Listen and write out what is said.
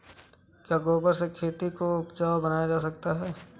क्या गोबर से खेती को उपजाउ बनाया जा सकता है?